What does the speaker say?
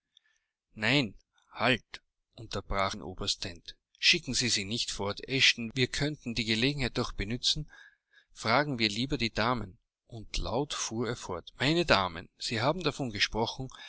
nein halt unterbrach ihn oberst dent schicken sie sie nicht fort eshton wir könnten die gelegenheit doch benützen fragen wir lieber die damen und laut fuhr er fort meine damen sie haben davon gesprochen